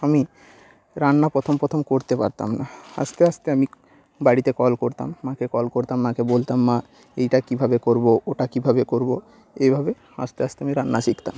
আমি রান্না প্রথম প্রথম করতে পারতাম না আস্তে আস্তে আমি বাড়িতে কল করতাম মাকে কল করতাম মাকে বলতাম মা এইটা কীভাবে করব ওটা কীভাবে করব এইভাবে আস্তে আস্তে আমি রান্না শিখতাম